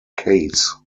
case